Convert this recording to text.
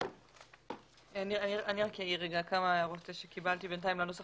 אני אעיר כמה הערות שקיבלתי לנוסח